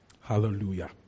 Hallelujah